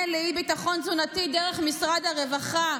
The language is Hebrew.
לאי-ביטחון תזונתי דרך משרד הרווחה,